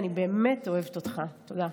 אני באמת אוהבת אותך, תודה.